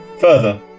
Further